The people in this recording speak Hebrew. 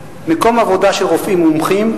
70%; מקום עבודה של רופאים מומחים,